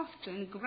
often